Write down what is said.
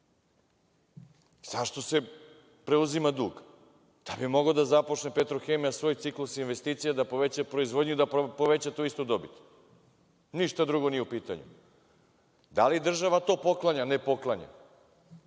Zašto se preuzima dug? Da bi mogla da započne „Petrohemija“ svoje cikluse, investicije i da poveća proizvodnju i da poveća tu istu dobit. Ništa drugo nije u pitanju. Da li država to poklanja? Ne poklanja